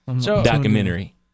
documentary